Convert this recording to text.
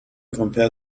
compare